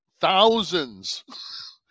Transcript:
thousands